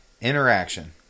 Interaction